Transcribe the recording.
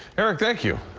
eric, thank you.